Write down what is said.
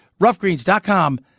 Roughgreens.com